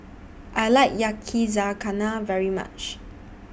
I like Yakizakana very much